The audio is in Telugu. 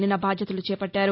నిన్న బాధ్యతలు చేపట్టారు